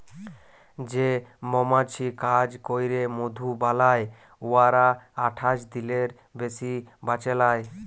যে মমাছি কাজ ক্যইরে মধু বালাই উয়ারা আঠাশ দিলের বেশি বাঁচে লায়